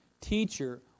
Teacher